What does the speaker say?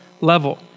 level